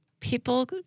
People